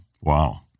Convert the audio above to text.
Wow